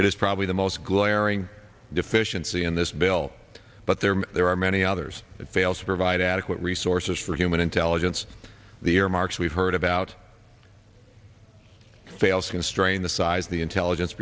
it is probably the most glaring deficiency in this bill but there are there are many others that fails to provide adequate resources for human intelligence the earmarks we've heard about failed constrain the size of the intelligence